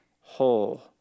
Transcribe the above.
whole